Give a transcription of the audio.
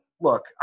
look